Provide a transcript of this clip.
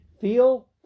feel